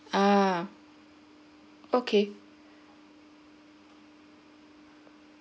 ah okay